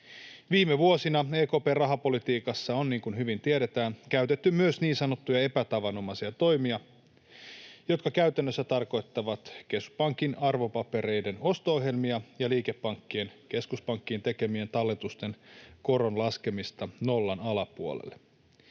Viime vuosina EKP:n rahapolitiikassa on, niin kuin hyvin tiedetään, käytetty myös niin sanottuja epätavanomaisia toimia, jotka käytännössä tarkoittavat keskuspankin arvopapereiden osto-ohjelmia ja liikepankkien keskuspankkiin tekemien talletusten koron laskemista nollan alapuolelle.